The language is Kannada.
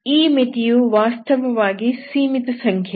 ಈ ಮಿತಿಯು ವಾಸ್ತವವಾಗಿ ಸೀಮಿತ ಸಂಖ್ಯೆಯಲ್ಲ